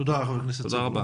תודה רבה.